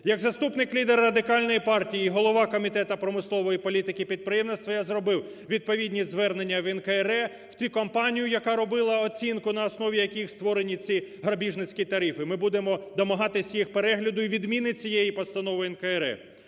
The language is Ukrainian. Як заступник лідера Радикальної партії, голова Комітету промислової політики і підприємництва я зробив відповідні звернення НКРЕ, в ту компанію, яка робила оцінку на основі яких створені ці грабіжницькі тарифи. Ми будемо намагатися їх перегляду і відміни цієї постанови НКРЕ.